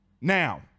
Now